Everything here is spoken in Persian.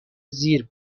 زیر